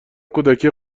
کودکی